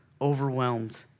overwhelmed